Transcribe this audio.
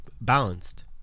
balanced